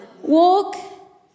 Walk